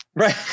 Right